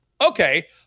okay